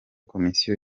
komisiyo